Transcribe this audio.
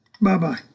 Bye-bye